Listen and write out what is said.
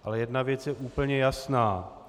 Ale jedna věc je úplně jasná.